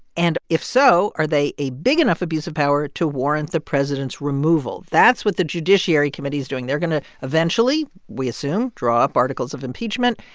and if so, are they a big enough abuse of power to warrant the president's removal? that's what the judiciary committee is doing. they're going to eventually, we assume, draw up articles of impeachment.